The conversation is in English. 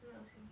not the same